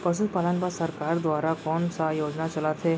पशुपालन बर सरकार दुवारा कोन स योजना चलत हे?